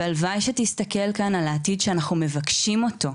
והלוואי שתסתכל כאן על העתיד שאנחנו מבקשים אותו,